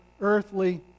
earthly